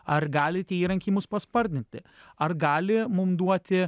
ar gali tie įrankiai mus paspartinti ar gali mum duoti